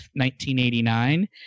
1989